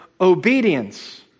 obedience